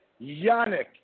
Yannick